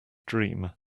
dream